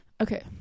Okay